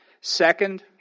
Second